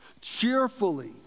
cheerfully